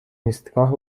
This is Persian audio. ایستگاه